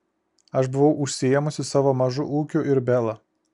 aš buvau užsiėmusi savo mažu ūkiu ir bela